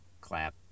clap